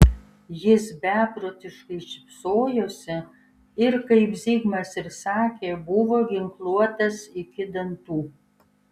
jis beprotiškai šypsojosi ir kaip zigmas ir sakė buvo ginkluotas iki dantų